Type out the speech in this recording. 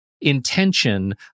Intention